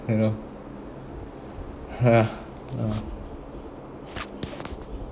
you know ya ah